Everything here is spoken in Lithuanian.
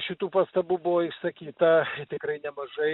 šitų pastabų buvo išsakyta tikrai nemažai